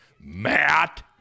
Matt